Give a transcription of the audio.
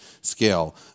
scale